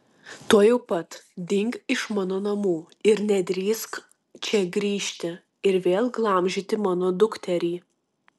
tuojau pat dink iš mano namų ir nedrįsk čia grįžti ir vėl glamžyti mano dukterį